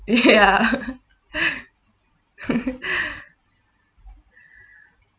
ya